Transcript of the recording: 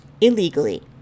illegally